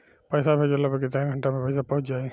पैसा भेजला पर केतना घंटा मे पैसा चहुंप जाई?